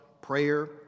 prayer